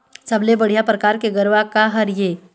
सबले बढ़िया परकार के गरवा का हर ये?